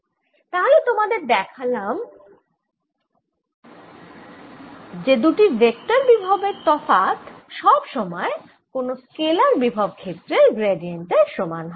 তাহলে তোমাদের দেখালাম যে দুটি ভেক্টর বিভবের তফাত সব সময় কোন স্কেলার বিভব ক্ষেত্রের গ্র্যাডিয়েন্ট এর সমান হয়